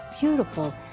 beautiful